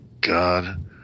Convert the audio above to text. God